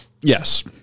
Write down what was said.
Yes